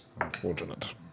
Unfortunate